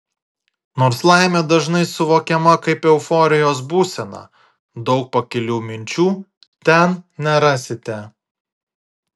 nors laimė dažnai suvokiama kaip euforijos būsena daug pakilių minčių ten nerasite